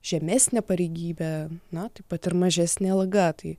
žemesnė pareigybė na taip pat ir mažesnė alga tai